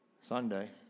Sunday